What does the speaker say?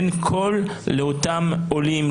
אין קול לאותם עולים,